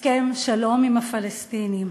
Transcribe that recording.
הסכם שלום עם הפלסטינים,